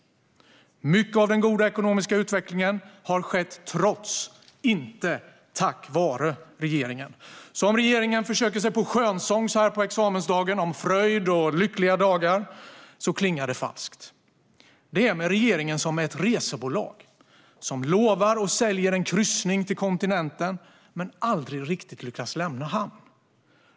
Mycket av den goda ekonomiska utvecklingen har skett trots, inte tack vare, regeringen. Om regeringen försöker sig på skönsång så här på examensdagen om fröjd och lyckliga dagar klingar det falskt. Det är med regeringen som med ett resebolag som lovar och säljer en kryssning till kontinenten men aldrig riktigt lyckas lämna hamn.